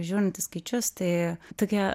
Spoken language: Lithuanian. žiūrint į skaičius tai tokie